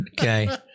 Okay